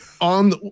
on